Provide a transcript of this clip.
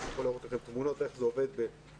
ואני יכול להראות לכם תמונות איך זה עובד החל